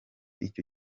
icyo